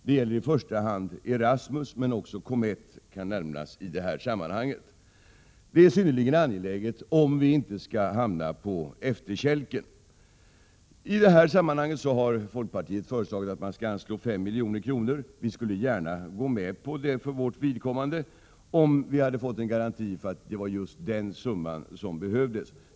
Det gäller i första hand Erasmus, men även CO METT kan nämnas i detta sammanhang. Det är synnerligen angeläget om vi inte skall hamna på efterkälken. I detta sammanhang har folkpartiet föreslagit att man skall anslå 5 milj.kr. Vi skulle gärna ha gått med på det för vårt vidkommande, om vi hade fått en garanti för att det var just den summan som behövdes.